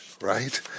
right